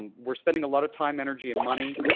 and we're spending a lot of time, energy, and money,